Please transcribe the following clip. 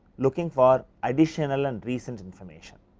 looking for additional and reasons information.